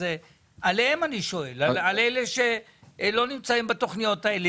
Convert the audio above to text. עליהם אני שואל, על אלה שלא נמצאים בתכניות האלו.